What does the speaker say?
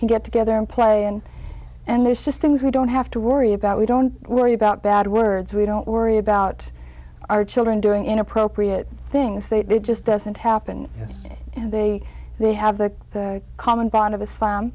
can get together and play and and there's just things we don't have to worry about we don't worry about bad words we don't worry about our children during inappropriate things they did just doesn't happen yes and they they have the common bond of islam